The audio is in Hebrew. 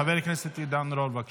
חבר הכנסת עידן רול, בבקשה,